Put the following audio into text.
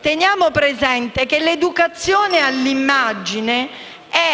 Teniamo presente che l’educazione all’immagine è